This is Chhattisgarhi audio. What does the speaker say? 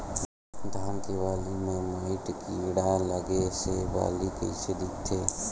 धान के बालि म माईट कीड़ा लगे से बालि कइसे दिखथे?